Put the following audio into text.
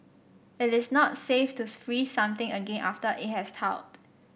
it is not safe to freeze something again after it has thawed